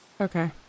Okay